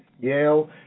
Yale